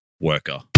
worker